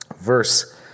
Verse